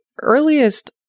earliest